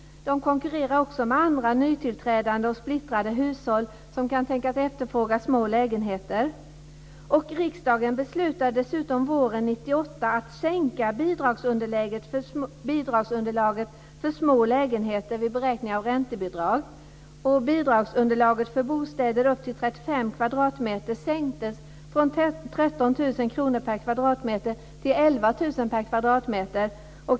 De konkurrerar också med andra nytillträdande och splittrade hushåll som kan tänkas efterfråga små lägenheter. Riksdagen beslutade dessutom våren 1998 att sänka bidragsunderlaget för små lägenheter vid beräkning av räntebidrag. Bidragsunderlaget för bostäder upp till 35 kvadratmeter sänktes från 13 000 kr per kvadratmeter till 11 000 kr per kvadratmeter.